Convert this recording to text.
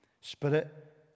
Spirit